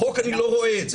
בחוק אני לא רואה את זה.